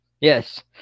Yes